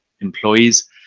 employees